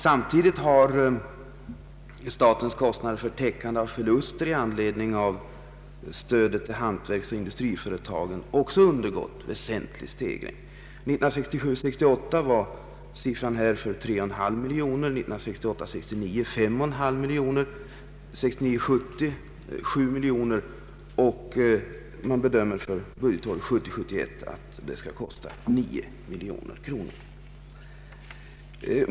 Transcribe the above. Samtidigt har statens kostnader för täckande av förluster i anledning av stödet till hantverksoch industriföretagen stegrats kraftigt. Budgetåret 1967 69 var den 5,5 miljoner kronor, 1969 71 till 9 miljoner kronor.